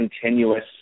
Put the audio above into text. continuous